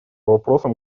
вопросам